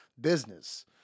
business